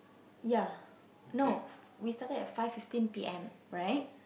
ya no we started at five fifteen p_m right